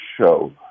show